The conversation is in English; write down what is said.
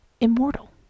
immortal